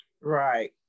Right